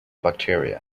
bacteria